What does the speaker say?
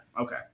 Okay